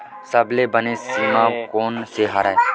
सबले बने बीमा कोन से हवय?